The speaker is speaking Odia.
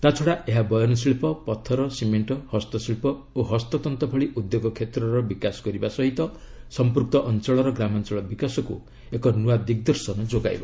ତାଛଡ଼ା ଏହା ବୟନ ଶିଳ୍ପ ପଥର ସିମେଣ୍ଟ ହସ୍ତଶିଳ୍ପ ଓ ହସ୍ତତ୍ତ ଭଳି ଉଦ୍ୟୋଗ କ୍ଷେତ୍ରର ବିକାଶ କରିବା ସହିତ ସମ୍ପୃକ୍ତ ଅଞ୍ଚଳର ଗ୍ରାମାଞ୍ଚଳ ବିକାଶକୁ ଏକ ନ୍ତ୍ରା ଦିଗ୍ଦର୍ଶନ ଦେବ